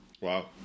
Wow